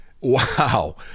Wow